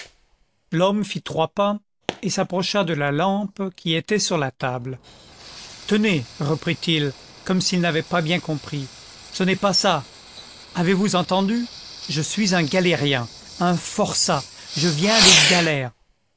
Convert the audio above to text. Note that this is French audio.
l'homme fit trois pas et s'approcha de la lampe qui était sur la table tenez reprit-il comme s'il n'avait pas bien compris ce n'est pas ça avez-vous entendu je suis un galérien un forçat je viens des galères